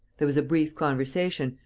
there was a brief conversation,